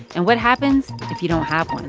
and what happens if you don't have one?